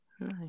Nice